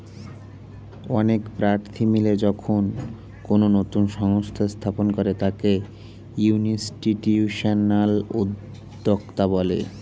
অনেক প্রার্থী মিলে যখন কোনো নতুন সংস্থা স্থাপন করে তাকে ইনস্টিটিউশনাল উদ্যোক্তা বলে